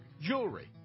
jewelry